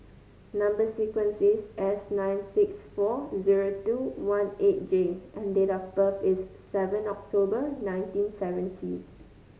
number sequence is S nine six four zero two one eight J and date of birth is seven October nineteen seventy